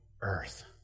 earth